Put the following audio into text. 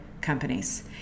companies